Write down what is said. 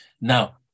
Now